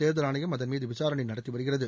தேர்தல் ஆணையம் அதன் மீது விசாரணை நடத்தி வருகிறது